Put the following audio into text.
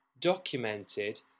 documented